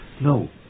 No